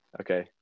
okay